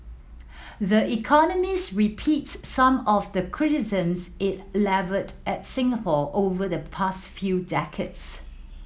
the Economist repeats some of the criticisms it levelled at Singapore over the past few decades